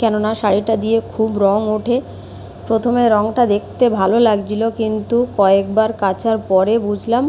কেননা শাড়িটা দিয়ে খুব রঙ ওঠে প্রথমে রঙটা দেখতে ভালো লাগছিলো কিন্তু কয়েকবার কাচার পরে বুঝলাম